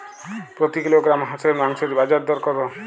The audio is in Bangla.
প্রতি কিলোগ্রাম হাঁসের মাংসের বাজার দর কত?